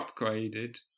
upgraded